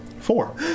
Four